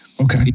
Okay